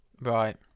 Right